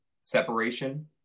separation